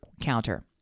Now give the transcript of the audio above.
counter